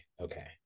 okay